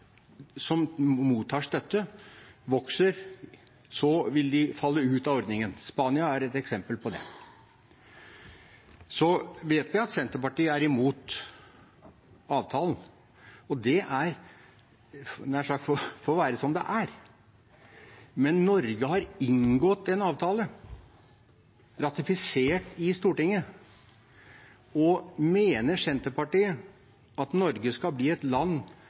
som mottar støtte, vokser, vil de falle ut av ordningen. Spania er et eksempel på det. Så vet vi at Senterpartiet er mot avtalen, og det – jeg hadde nær sagt – får være som det er, men Norge har inngått en avtale, ratifisert i Stortinget. Mener Senterpartiet at Norge skal bli et land